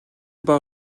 бага